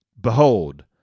Behold